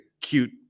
cute